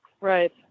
Right